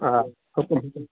آ حکُم